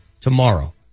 Tomorrow